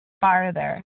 farther